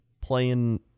Playing